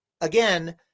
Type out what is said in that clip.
again